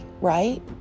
right